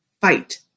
Fight